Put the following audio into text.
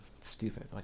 stupid